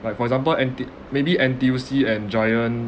like for example N_T~ maybe N_T_U_C and Giant